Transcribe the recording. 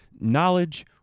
knowledge